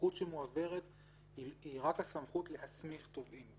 שהסמכות שמועברת היא רק הסמכות להסמיך תובעים,